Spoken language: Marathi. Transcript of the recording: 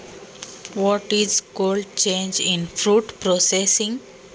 फूड प्रोसेसिंगमध्ये कोल्ड चेन म्हणजे काय?